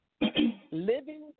living